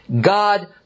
God